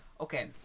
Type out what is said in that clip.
Okay